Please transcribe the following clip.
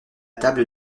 table